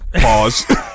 Pause